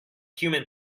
human